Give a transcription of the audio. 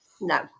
No